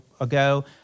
ago